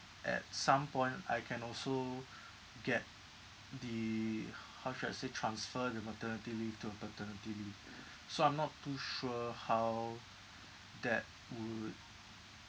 at some point I can also get the how should I say transfer the maternity leave to a paternity leave so I'm not too sure how that would